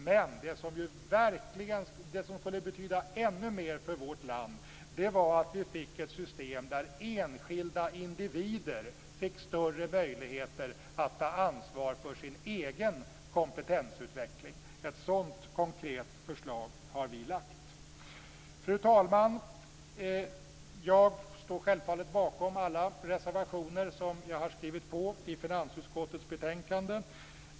Men det som skulle betyda ännu mer för vårt land är att få ett system där enskilda individer får större möjligheter att ta ansvar för den egna kompetensutvecklingen. Ett sådant konkret förslag har vi lagt fram. Fru talman! Jag står självfallet bakom alla reservationer jag har skrivit under i finansutskottets betänkande.